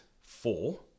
four